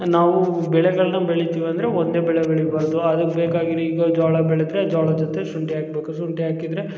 ನಾವು ಬೆಳೆಗಳನ್ನ ಬೆಳಿತೀವಂದರೆ ಒಂದೇ ಬೆಳೆ ಬೆಳಿಬಾರದು ಅದಕ್ಕೆ ಬೇಕಾಗಿರೊ ಈಗ ಜೋಳ ಬೆಳೆದ್ರೆ ಜ್ವಾಳದ ಜೊತೆ ಶುಂಠಿ ಹಾಕ್ಬೇಕು ಶುಂಠಿ ಹಾಕಿದ್ರೆ